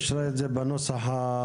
אישרה את זה בנוסח המתוקן.